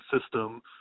system